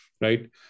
Right